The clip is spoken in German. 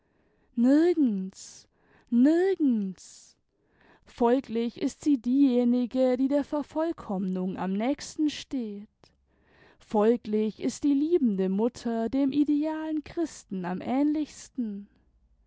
nirgends nirgends folglich ist sie diejenige die der vervollkommnung am nächsten steht folglich ist die liebende mutter dem idealen christen am ähnlichsten